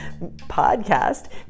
podcast